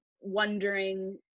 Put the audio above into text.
wondering